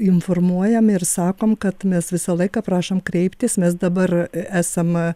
informuojam ir sakom kad mes visą laiką prašom kreiptis mes dabar esam